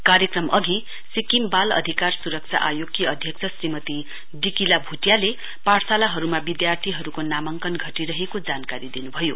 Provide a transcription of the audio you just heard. कार्यक्रम श्रु हनअधि सिक्किम बाल अधिकार सुरक्षा आयोगकी अध्यक्ष श्रीमती डिकिला भूटियाले पाठशालाहरुमा विधार्थीहरुको नामाङ्कन छटिरहेको जानकारी दिन्भयो